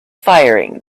firing